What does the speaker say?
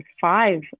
five